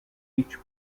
each